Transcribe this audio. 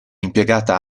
impiegata